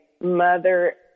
mother